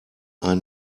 ein